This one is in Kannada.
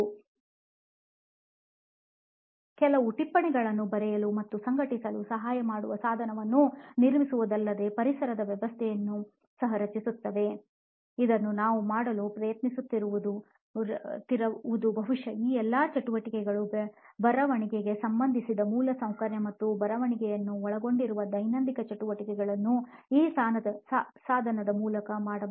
ಕೇವಲ ಟಿಪ್ಪಣಿಗಳನ್ನು ಬರೆಯಲು ಮತ್ತು ಸಂಘಟಿಸಲು ಸಹಾಯ ಮಾಡುವ ಸಾಧನವನ್ನು ನಿರ್ಮಿಸುವುದಲ್ಲದೆ ಪರಿಸರ ವ್ಯವಸ್ಥೆಯನ್ನು ಸಹ ರಚಿಸುತ್ತದೆ ಇದನ್ನು ನಾವು ಮಾಡಲು ಪ್ರಯತ್ನಿಸುತ್ತಿರುವುದು ಬಹುಶಃ ಈ ಎಲ್ಲಾ ಚಟುವಟಿಕೆಗಳು ಬರವಣಿಗೆಗೆ ಸಂಬಂಧಿಸಿದ ಮೂಲಸೌಕರ್ಯ ಮತ್ತು ಬರವಣಿಗೆಯನ್ನು ಒಳಗೊಂಡಿರುವ ದೈನಂದಿನ ಚಟುವಟಿಕೆಗಳನ್ನು ಈ ಸಾಧನದ ಮೂಲಕ ಮಾಡಬಹುದು